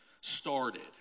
started